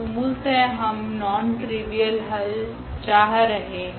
तो मूलतः हम नॉन ट्रिवियल हल चाह रहे है